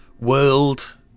world